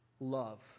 love